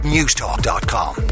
Newstalk.com